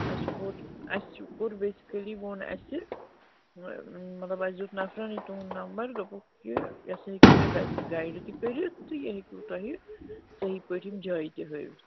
اَسہِ چھِ بوٹ اَسہِ چھِ کوٚر بیسِکٔلی ووٚن اَسہِ مطلب اَسہِ دیُت نَفر نٕے تُہُنٛد نمبر دوٚپُکھ یہِ ہَسا ہیٚکِو تۄہہِ بیسٹ گایِڈ تہِ کٔرِتھ تہٕ یہِ ہیٚکِو تۄہہِ صحیح پٲٹھۍ یِم جایہِ تہِ ہٲوِتھ